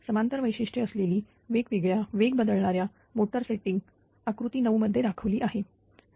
समांतर वैशिष्ट्ये असलेली वेगवेगळ्या वेग बदलणाऱ्या मोटर सेटिंग आकृती नऊ मध्ये दाखवली आहे